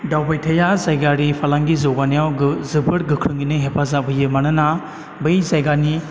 दावबायथाइया जायगायारि फालांगि जौगानायाव जोबोर गोख्रोङैनो हेफाजाब होयो मानोना बै जायगानि